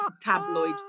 tabloid